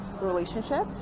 relationship